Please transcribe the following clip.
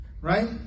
Right